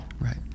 Right